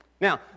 Now